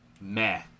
meh